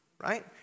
Right